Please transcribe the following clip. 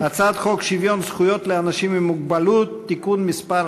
הצעת חוק שוויון זכויות לאנשים עם מוגבלות (תיקון מס'